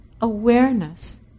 awareness